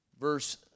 verse